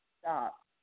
Stop